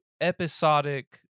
episodic